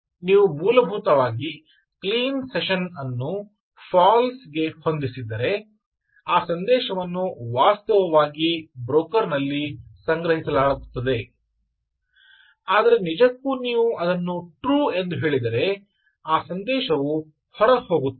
ಆದ್ದರಿಂದ ನೀವು ಮೂಲಭೂತವಾಗಿ ಕ್ಲೀನ್ ಸೆಷನ್ ಅನ್ನು False ಗೆ ಹೊಂದಿಸಿದರೆ ಆ ಸಂದೇಶವನ್ನು ವಾಸ್ತವವಾಗಿ ಬ್ರೋಕರ್ ನಲ್ಲಿ ಸಂಗ್ರಹಿಸಲಾಗುತ್ತದೆ ಆದರೆ ನಿಜಕ್ಕೂ ನೀವು ಅದನ್ನು True ಎಂದು ಹೇಳಿದರೆ ಆ ಸಂದೇಶವು ಹೊರ ಹೋಗುತ್ತದೆ